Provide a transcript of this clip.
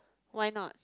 why not